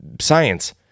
Science